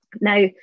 Now